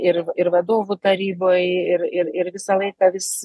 ir ir vadovų taryboj ir ir ir visą laiką vis